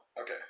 Okay